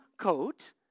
coat